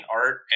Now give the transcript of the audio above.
art